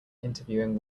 interviewing